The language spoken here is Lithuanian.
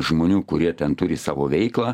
žmonių kurie ten turi savo veiklą